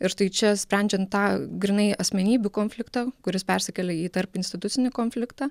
ir tai čia sprendžiant tą grynai asmenybių konfliktą kuris persikelia į tarp institucinį konfliktą